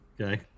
Okay